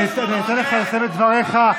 אני אתן לך לסיים את דבריך,